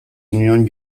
nion